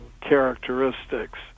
characteristics